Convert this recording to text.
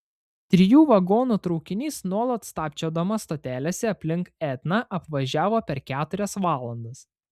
trijų vagonų traukinys nuolat stabčiodamas stotelėse aplink etną apvažiavo per keturias valandas